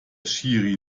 schiri